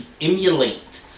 emulate